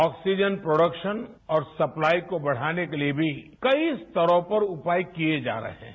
oxygen production और supply को बढ़ाने के लिए भी कई स्तरों पर उपाय किजा रहे हैं